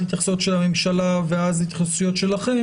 התייחסויות של הממשלה ואז התייחסויות שלכם,